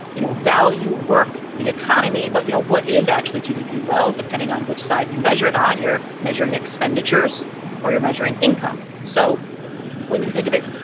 you know, value work the economy. but, you know, what is actually gdp? well, depending on which side you measure it on, you're measuring expenditures or you're measuring income. so when you think of it,